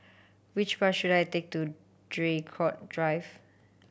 which bus should I take to Draycott Drive